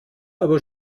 aber